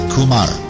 Kumar